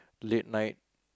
late night